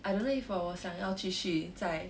I don't know if 我想要继续在